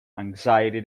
anxiety